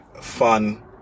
fun